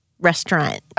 Restaurant